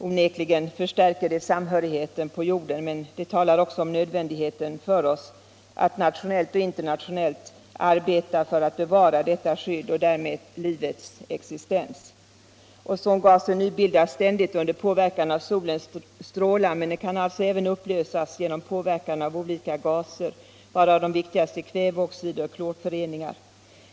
Onekligen förstärker det samhörigheten på jorden, men det talar också om nödvändigheten för oss att nationellt och internationellt arbeta för att bevara detta skydd och därmed livets existens. Ozongasen nybildas ständigt under påverkan av solens strålar men kan alltså även upplösas genom påverkan av olika gaser, varav de viktigaste är kväveoxider och klorföreningar.